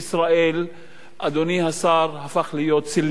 אדוני השר, הפך להיות סלקטיבי לחלוטין.